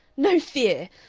no fear!